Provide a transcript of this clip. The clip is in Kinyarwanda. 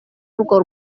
urwo